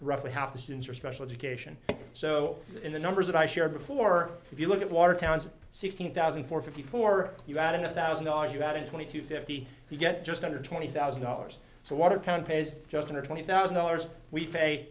roughly half the students for special education so in the numbers that i share before if you look at watertown's sixteen thousand for fifty four you add in one thousand dollars you got in twenty to fifty you get just under twenty thousand dollars so watertown pays just under twenty thousand dollars we pay